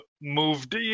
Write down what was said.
moved